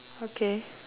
okay